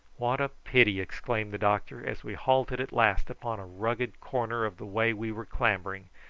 what a pity! exclaimed the doctor, as we halted at last upon a rugged corner of the way we were clambering,